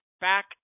back